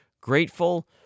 grateful